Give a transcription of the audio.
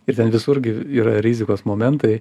ir ten visur gi yra rizikos momentai